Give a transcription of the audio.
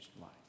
life